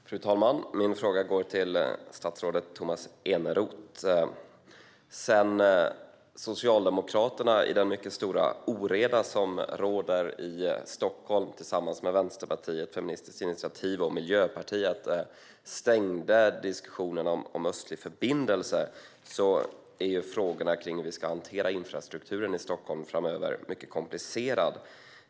Fru talman! Min fråga går till statsrådet Tomas Eneroth. Sedan Socialdemokraterna, i den mycket stora oreda som råder i Stockholm tillsammans med Vänsterpartiet, Feministiskt initiativ och Miljöpartiet stängde diskussionen om en östlig förbindelse är frågorna om hur vi ska hantera infrastrukturen i Stockholm framöver mycket komplicerade. Fru talman!